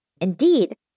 Indeed